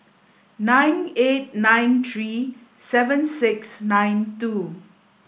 nine eight nine three seven six nine two